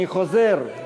אני חוזר: